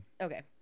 Okay